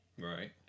Right